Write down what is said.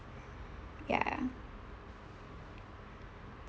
ya